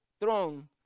throne